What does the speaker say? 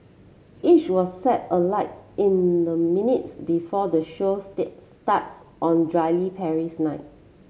each was set alight in the minutes before the show starts on drily Paris night